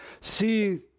see